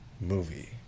movie